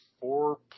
four